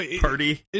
party